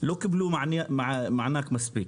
לא קיבלו מענק מספיק.